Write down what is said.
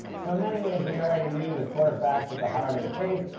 so, in many ways, we already knew the core facts at the heart of the case,